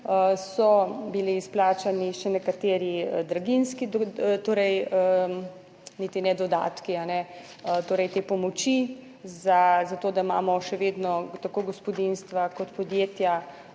so bili izplačani še nekateri draginjski, torej niti ne dodatki, torej te pomoči, zato da imamo še vedno tako gospodinjstva kot podjetja